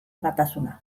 batasuna